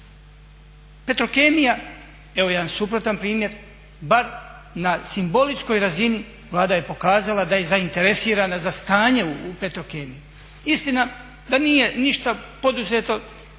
Petrokemija, evo jedan suprotan primjer bar na simboličkoj razini Vlada je pokazala da je zainteresirana za stanje u Petrokemiji. Istina da nije ništa poduzeto